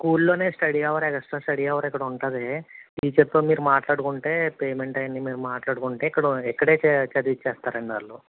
స్కూల్లోనే study hour extra study hour ఇక్కడ ఉంటుంది టీచర్తో మీరు మాట్లాడుకుంటే పేమెంట్ ఆయన్నీ మీరు మాట్లాడుకుంటే ఇక్కడో ఇక్కడే చదివిచ్చేస్తారండి వాళ్ళు